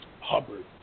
Hubbard